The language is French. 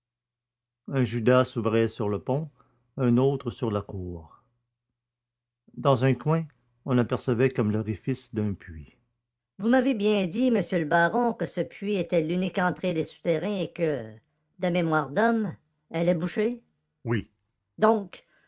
judas s'ouvrait sur le pont un autre sur la cour dans un coin on apercevait comme l'orifice d'un puits vous m'avez bien dit monsieur le baron que ce puits était l'unique entrée des souterrains et que de mémoire d'homme elle est bouchée oui donc